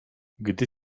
gdy